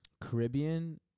Caribbean